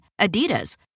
Adidas